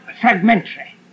fragmentary